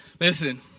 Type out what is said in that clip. Listen